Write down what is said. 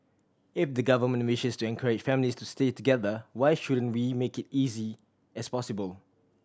if the government wishes to encourage families to stay together why shouldn't we make it easy as possible